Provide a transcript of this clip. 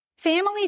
Family